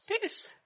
peace